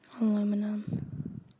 Aluminum